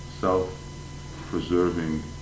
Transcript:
self-preserving